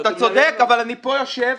אתה צודק אבל אני פה בשביל לתקן את זה.